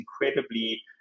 incredibly